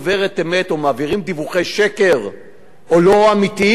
או מעבירים דיווחי שקר או דיווחים לא אמיתיים לשר?